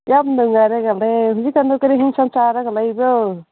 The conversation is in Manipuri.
ꯌꯥꯝ ꯅꯨꯡꯉꯥꯏꯔꯦ ꯌꯥꯔꯦ ꯍꯧꯖꯤꯛꯀꯥꯟ ꯅꯪ ꯀꯔꯤ ꯑꯦꯟꯁꯥꯡ ꯆꯥꯔꯒ ꯂꯩꯕ꯭ꯔꯣ